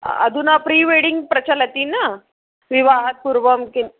अदुना prewedding प्रचलति न विवाहात् पूर्वं किम्